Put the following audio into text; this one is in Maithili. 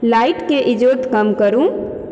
लाइटके इजोत कम करू